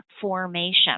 formation